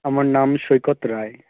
আমার নাম সৈকত রায়